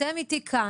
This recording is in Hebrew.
אתם איתי כאן.